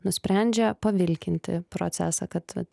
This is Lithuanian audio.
nusprendžia pavilkinti procesą kad vat